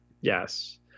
Yes